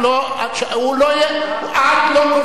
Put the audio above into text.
אבל הוא מדבר אומר לא אמת.